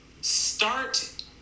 start